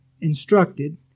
instructed